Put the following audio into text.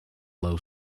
low